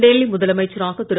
டெல்லி முதலமைச்சராக திரு